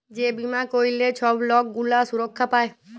যে বীমা ক্যইরলে ছব লক গুলা সুরক্ষা পায়